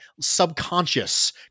subconscious